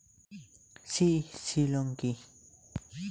CC loan কি?